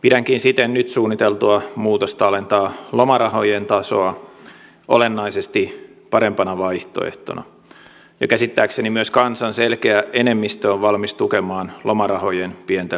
pidänkin siten nyt suunniteltua muutosta alentaa lomarahojen tasoa olennaisesti parempana vaihtoehtona ja käsittääkseni myös kansan selkeä enemmistö on valmis tukemaan lomarahojen pientä leikkausta